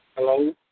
Hello